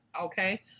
okay